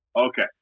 Okay